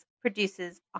produces